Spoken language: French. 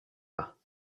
pas